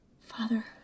Father